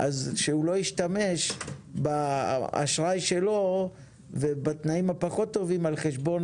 אז שהוא לא ישתמש באשראי שלו ובתנאים הפחות-טובים על חשבון